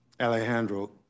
Alejandro